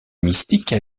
mystiques